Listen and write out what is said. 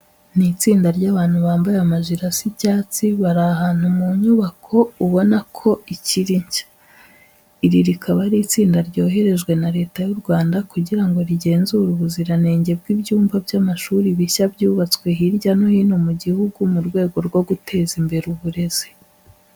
Ni itsinda ry'abantu bambaye amajire asa icyatsi, bari ahantu mu nyubako ubona ko ikiri nshya. Iri rikaba ari itsinda ryoherejwe na Leta y'u Rwanda kugira ngo rigenzure ubuziranenge bw'ibyumba by'amashuri bishya byubatswe hirya no hino mu gihugu mu rwego rwo guteza imbere uburezi.